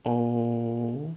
oh